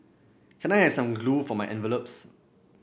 can I have some glue for my envelopes